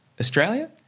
Australia